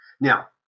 Now